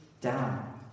down